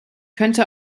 könnte